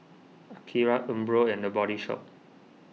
Akira Umbro and the Body Shop